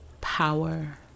power